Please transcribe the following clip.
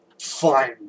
fine